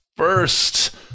first